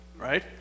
right